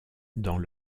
dans